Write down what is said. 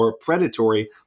predatory